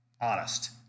honest